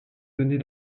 données